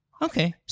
Okay